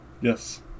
Yes